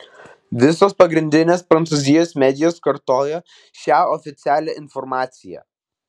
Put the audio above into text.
visos pagrindinės prancūzijos medijos kartojo šią oficialią informaciją